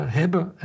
hebben